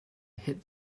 hit